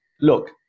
look